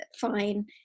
fine